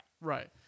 Right